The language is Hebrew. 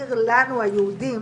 להסביר לנו, היהודים,